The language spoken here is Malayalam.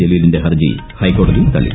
ജലീലിന്റെ ഹർജി ഹൈകോടതി തള്ളി